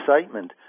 excitement